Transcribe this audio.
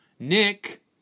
Nick